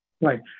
right